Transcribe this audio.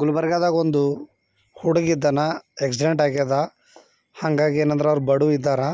ಗುಲ್ಬರ್ಗದಾಗೆ ಒಂದು ಹುಡುಗ ಇದ್ದಾನೆ ಆ್ಯಕ್ಸ್ಡೆಂಟ್ ಆಗಿದೆ ಹಂಗಾಗಿ ಏನೆಂದ್ರೆ ಅವ್ರು ಬಡವಿದ್ದಾರೆ